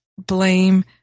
blame